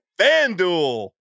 FanDuel